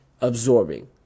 absorbing